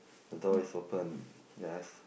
the door is open yes